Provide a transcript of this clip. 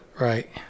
Right